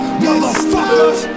motherfuckers